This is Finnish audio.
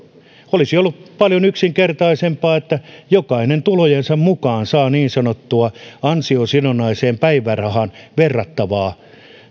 olisi ollut paljon yksinkertaisempaa että jokainen tulojensa mukaan saa niin sanottua ansiosidonnaiseen päivärahaan verrattavaa